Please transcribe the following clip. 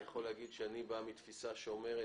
אני יכול להגיד שאני בא מתפישה שאומרת,